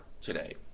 today